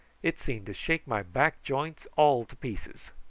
it seemed to shake my back joints all to pieces.